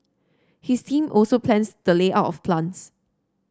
his team also plans the layout of plants